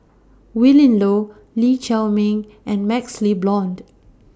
Willin Low Lee Chiaw Meng and MaxLe Blond